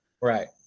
Right